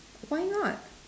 why not